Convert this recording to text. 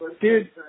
Dude